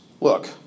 look